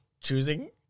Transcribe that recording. choosing